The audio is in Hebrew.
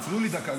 תנו לי דקה,